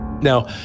Now